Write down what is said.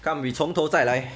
come we 从头再来